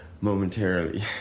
momentarily